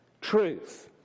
truth